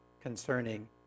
concerning